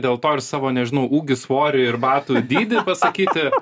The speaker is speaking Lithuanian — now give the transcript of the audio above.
dėl to ir savo nežinau ūgį svorį ir batų dydį pasakyti